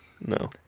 No